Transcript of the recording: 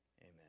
amen